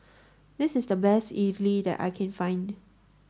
this is the best idly that I can find